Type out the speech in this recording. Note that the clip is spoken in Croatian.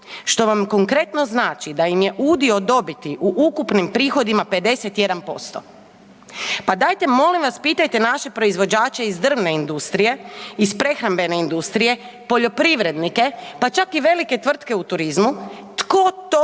što vam konkretno znači da im je udio dobiti u ukupnim prihodima 51%. pa dajte molim vas pitajte naše proizvođače iz drvne industrije, iz prehrambene industrije, poljoprivrednike pa čak i velike tvrtke u turizmu tko to